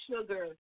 sugar